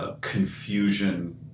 confusion